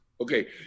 okay